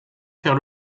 faire